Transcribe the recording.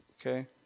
Okay